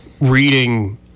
reading